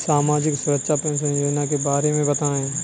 सामाजिक सुरक्षा पेंशन योजना के बारे में बताएँ?